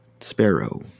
Sparrow